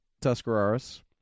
Tuscarora's